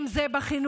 אם זה בחינוך,